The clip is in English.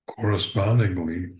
Correspondingly